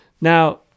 Now